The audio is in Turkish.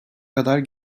kadar